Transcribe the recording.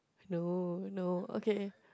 no no okay